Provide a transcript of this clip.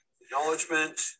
acknowledgement